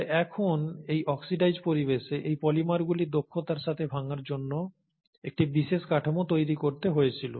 তবে এখন এই অক্সিডাইজড পরিবেশে এই পলিমারগুলি দক্ষতার সাথে ভাঙার জন্য একটি বিশেষ কাঠামো তৈরি করতে হয়েছিল